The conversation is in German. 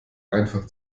einfach